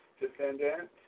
defendant